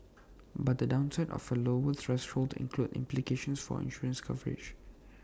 but the downside of A lower threshold includes implications for insurance coverage